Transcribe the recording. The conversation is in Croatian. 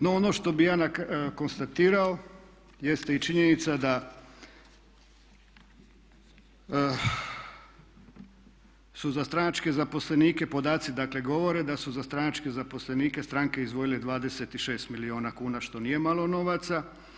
No, ono što bih ja konstatirao jeste i činjenica da su za stranačke zaposlenike podaci, dakle govore da su za stranačke zaposlenike stranke izdvojile 26 milijuna kuna što nije malo novaca.